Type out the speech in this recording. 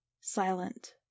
silent